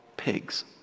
pigs